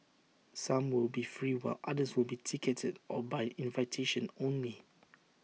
some will be free while others will be ticketed or by invitation only